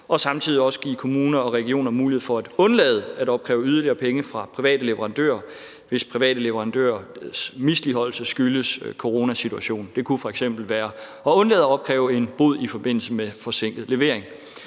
og samtidig også give kommuner og regioner mulighed for at undlade at opkræve yderligere penge fra private leverandører, hvis private leverandørers misligholdelse skyldes coronasituationen. Det kunne f.eks. være at undlade at opkræve en bod i forbindelse med forsinket levering.